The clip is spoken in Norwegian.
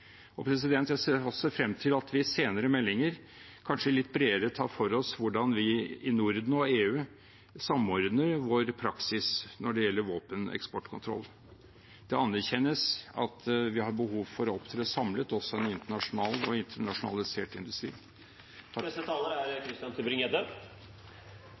Jeg ser også frem til at vi i senere meldinger kanskje litt bredere tar for oss hvordan vi i Norden og EU samordner vår praksis når det gjelder våpeneksportkontroll. Det anerkjennes at vi har behov for å opptre samlet også i en internasjonal og internasjonalisert industri.